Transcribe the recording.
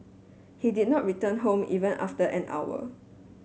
he did not return home even after an hour